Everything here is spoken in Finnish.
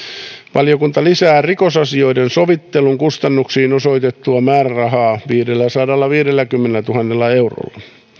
valiokunta lisää rikosasioiden sovittelun kustannuksiin osoitettua määrärahaa viidelläsadallaviidelläkymmenellätuhannella eurolla